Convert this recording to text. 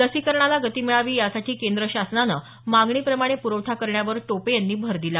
लसीकरणाला गती मिळावी यासाठी केंद्र शासनानं मागणीप्रमाणे पुरवठा करण्यावर टोपे यांनी भर दिला